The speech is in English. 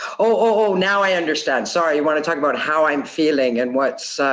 oh, now i understand, sorry. you wanna talk about how i'm feeling and what's